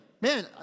Man